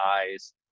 eyes